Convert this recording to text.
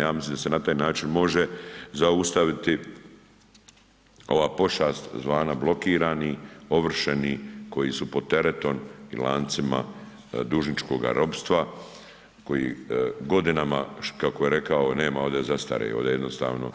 Ja mislim da se na taj način može zaustaviti ova pošast zvana blokirani, ovršeni, koji su pod teretom i lancima dužničkoga ropstva koji godinama, kako je rekao nema ovdje zastare, ovdje jednostavno